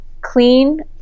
clean